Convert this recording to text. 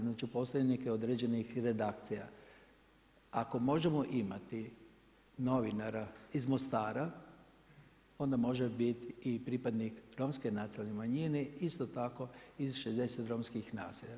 Znači postoje neke određene redakcija, ako možemo imati novinara iz Mostara, onda može biti i pripadnik romske nacionalne manjine isto tako iz 60 romskih naselja.